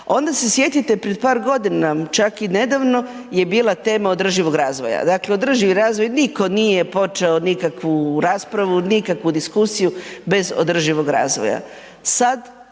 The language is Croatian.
Onda se sjetite pred par godina, čak i nedavno je bila tema održivog razvoja. Dakle održivi razvoj, nitko nije počeo nikakvu raspravu, nikakvu diskusiju bez održivog razvoja. Sad